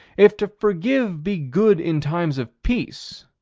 if to forgive be good in times of peace,